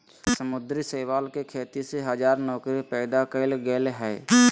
समुद्री शैवाल के खेती से हजार नौकरी पैदा कइल गेल हइ